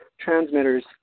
transmitters